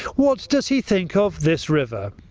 what does he think of this river?